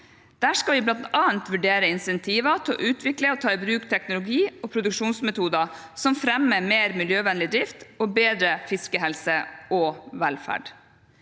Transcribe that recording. Der skal vi bl.a. vurdere insentiver til å utvikle og ta i bruk teknologi og produksjonsmetoder som fremmer mer miljøvennlig drift og bedre fiskehelse og -velferd.